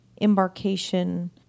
embarkation